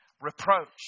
reproach